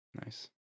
Nice